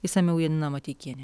išsamiau janina mateikienė